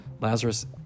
Lazarus